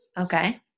okay